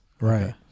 Right